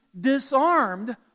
disarmed